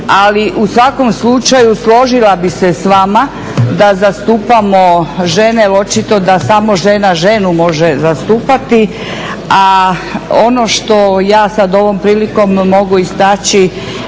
ali u svakom slučaju složila bi se s vama da zastupamo žene, jer očito da samo žena ženu može zastupati. A ono što ja sad ovom prilikom mogu istaći